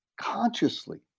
consciously